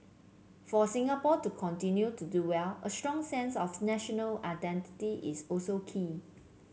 for Singapore to continue to do well a strong sense of national identity is also key